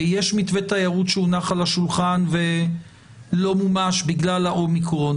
יש מתווה תיירות שהונח על השולחן ולא מומש בגלל האומיקרון.